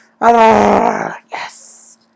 Yes